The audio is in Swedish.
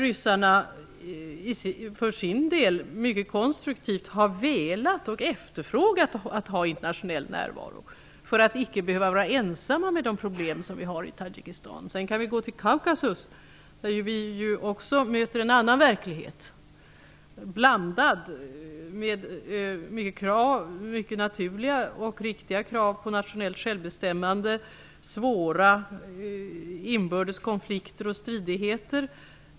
Ryssarna har för sin del velat ha och efterfrågat internationell närvaro för att inte behöva vara ensamma med problemen i I Kaukasus möter vi en annan verklighet. Där förekommer mycket naturliga och riktiga krav på nationellt självbestämmande och svåra inbördes konflikter och stridigheter.